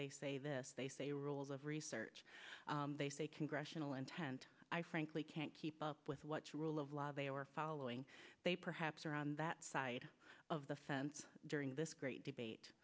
they say this they say rules of research they say congressional intent i frankly can't keep up with what's rule of law they are following they perhaps are on that side of the fence during this great debate